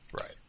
Right